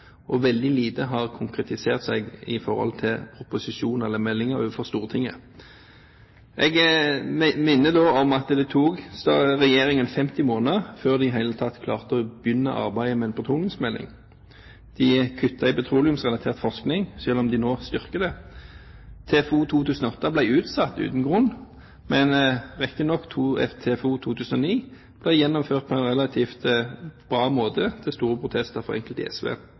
og veldig lite har konkretisert seg i forhold til proposisjoner eller meldinger til Stortinget. Jeg minner om at det tok regjeringen 50 måneder før de i det hele tatt klarte å begynne arbeidet med en petroleumsmelding. De kuttet i petroleumsrelatert forskning, selv om de nå styrker den. TFO 2008 ble utsatt uten grunn, men TFO 2009 ble riktignok gjennomført på en relativt bra måte, til store protester fra enkelte i SV.